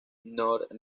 north